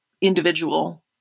individual